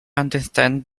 understand